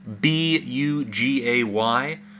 B-U-G-A-Y